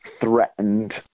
threatened